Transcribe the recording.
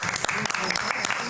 בהצלחה.